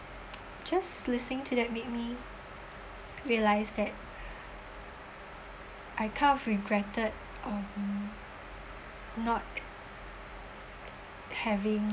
just listening to that make me realise that I kind of regretted um not having